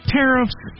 tariffs